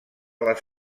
les